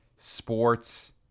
Sports